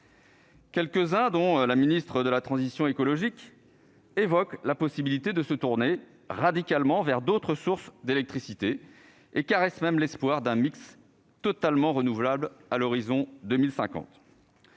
Certains, dont la ministre de la transition écologique, évoquent la possibilité de se tourner radicalement vers d'autres sources d'électricité et caressent même l'espoir d'un mix totalement renouvelable à l'horizon de 2050.